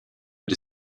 but